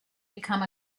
become